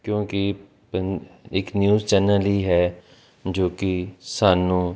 ਕਿਉਂਕਿ ਪਨ ਇੱਕ ਨਿਊਜ਼ ਚੈਨਲ ਹੀ ਹੈ ਜੋ ਕਿ ਸਾਨੂੰ